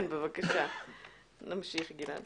נמשיך, גלעד.